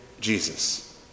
Jesus